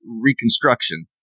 reconstruction